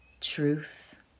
truth